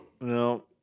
No